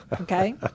Okay